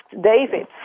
David